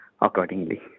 accordingly